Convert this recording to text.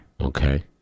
Okay